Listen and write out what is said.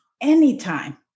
anytime